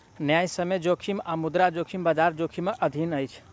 न्यायसम्य जोखिम आ मुद्रा जोखिम, बजार जोखिमक अधीन अछि